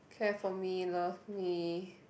care for me love me